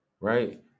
right